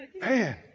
man